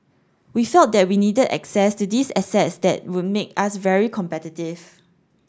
we felt that we needed access to these assets that would make us very competitive